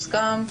מוסכם,